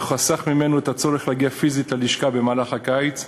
וחסך ממנו את הצורך להגיע פיזית ללשכה במהלך הקיץ.